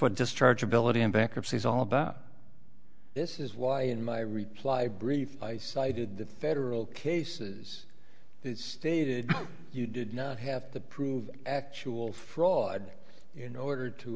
what discharge ability in bankruptcy is all about this is why in my reply brief i cited the federal cases stated you did not have to prove actual fraud in order to